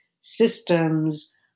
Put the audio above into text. systems